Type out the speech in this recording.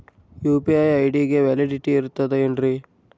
UPI ID ಗೆ validity ಇರತದ ಏನ್ರಿ?